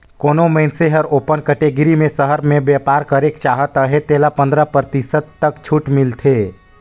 कोनो मइनसे हर ओपन कटेगरी में सहर में बयपार करेक चाहत अहे तेला पंदरा परतिसत तक छूट मिलथे